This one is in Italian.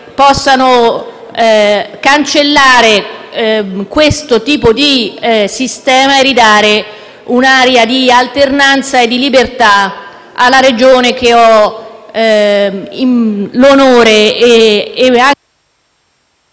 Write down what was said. possano cancellare questo tipo di sistema e ridare un'aria di alternanza e di libertà alla Regione che ho l'onore di